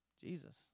Jesus